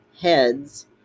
heads